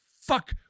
fuck